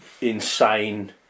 insane